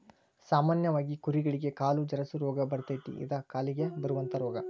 ಸಾಮಾನ್ಯವಾಗಿ ಕುರಿಗಳಿಗೆ ಕಾಲು ಜರಸು ರೋಗಾ ಬರತತಿ ಇದ ಕಾಲಿಗೆ ಬರುವಂತಾ ರೋಗಾ